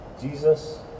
Jesus